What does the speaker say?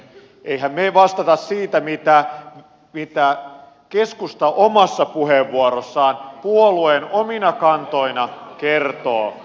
emmehän me vastaa siitä mitä keskusta omassa puheenvuorossaan puolueen omina kantoina kertoo